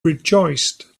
rejoiced